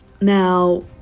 now